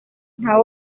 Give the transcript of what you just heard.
nta